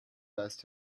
past